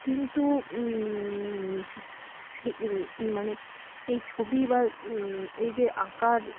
কিন্তু সে মানে এই ছবি বা এই যে আঁকার